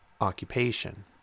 occupation